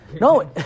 No